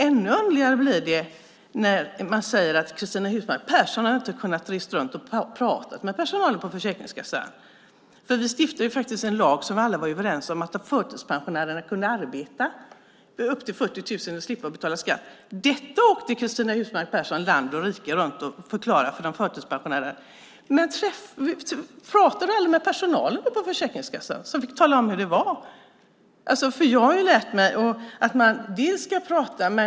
Ännu underligare blir det när man säger att Cristina Husmark Pehrsson inte har kunnat resa runt och prata med personalen på Försäkringskassan. Vi stiftade en lag som alla var överens om och som innebar att förtidspensionärerna kunde arbeta upp till 40 000 och slippa betala skatt. Detta åkte Cristina Husmark Pehrsson land och rike runt och förklarade för förtidspensionärerna. Men pratade ni aldrig med personalen på Försäkringskassan, så att de fick tala om hur det var? Jag har lärt mig att man inte bara ska prata.